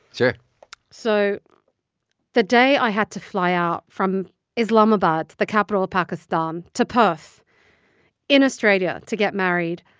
sure so the day i had to fly out from islamabad, the capital of pakistan, to perth in australia to get married,